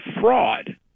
fraud